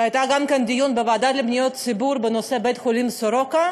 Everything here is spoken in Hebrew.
והיה גם דיון בוועדה לפניות הציבור בנושא בית-החולים סורוקה,